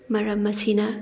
ꯃꯔꯝ ꯑꯁꯤꯅ